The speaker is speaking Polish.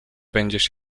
będziesz